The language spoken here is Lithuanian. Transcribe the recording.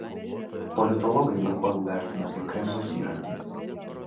politologai lukoil vertina kaip kremliaus įrankį